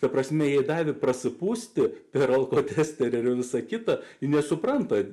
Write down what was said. ta prasme jie davė prasipūsti per alkotesteriu visa kita ji nesupranta